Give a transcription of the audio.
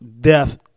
death